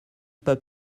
pas